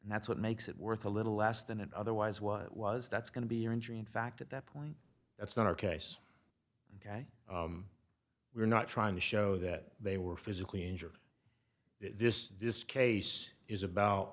and that's what makes it worth a little less than it otherwise was was that's going to be your injury in fact at that point that's not our case ok we're not trying to show that they were physically injured this this case is about